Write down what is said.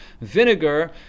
vinegar